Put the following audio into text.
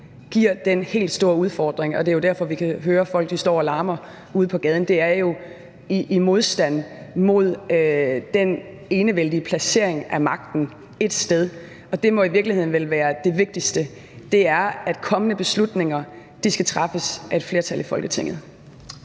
giver den helt store udfordring. Det er jo derfor, vi kan høre, at folk står og larmer ude på gaden. Det er jo i en modstand mod den enevældige placering af magten ét sted, og det må vel i virkeligheden være det vigtigste, nemlig at kommende beslutninger skal træffes af et flertal i Folketinget.